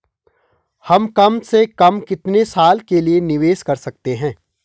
हम कम से कम कितने साल के लिए निवेश कर सकते हैं?